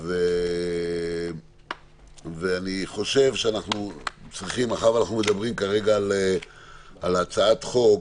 אנחנו מדברים כרגע על הצעת חוק